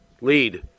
lead